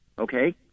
okay